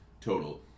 total